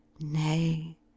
Nay